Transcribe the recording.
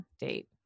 date